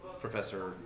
Professor